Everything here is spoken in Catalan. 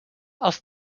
als